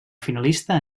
finalista